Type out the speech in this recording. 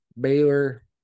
Baylor